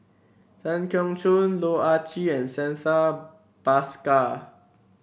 Tan Keong Choon Loh Ah Chee and Santha Bhaskar